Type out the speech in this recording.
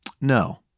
No